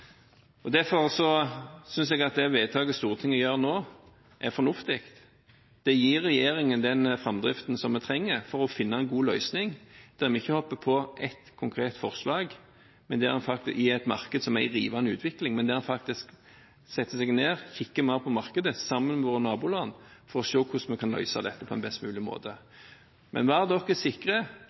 framdrift. Derfor synes jeg at det vedtaket Stortinget gjør nå, er fornuftig. Det gir regjeringen den framdriften som vi trenger for å finne en god løsning, der vi ikke hopper på ett konkret forslag i et marked som er i rivende utvikling, men der en faktisk setter seg ned, kikker mer på markedet – sammen med våre naboland – for å se hvordan vi kan løse dette på en best mulig måte. Men vær dere sikre: